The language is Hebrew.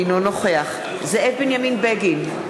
אינו נוכח זאב בנימין בגין,